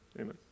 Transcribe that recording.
Amen